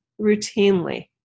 routinely